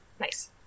Nice